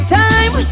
time